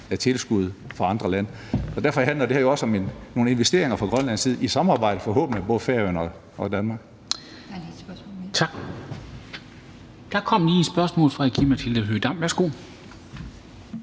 af tilskud fra andre lande. Derfor handler det her jo også om nogle investeringer fra Grønlands side, i samarbejde, forhåbentlig, med både Færøerne og Danmark.